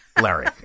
Larry